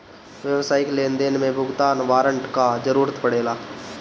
व्यावसायिक लेनदेन में भुगतान वारंट कअ जरुरत पड़ेला